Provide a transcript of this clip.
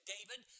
David